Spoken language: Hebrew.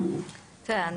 תראה,